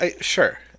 Sure